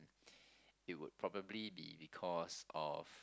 it would probably be because of